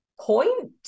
point